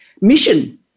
mission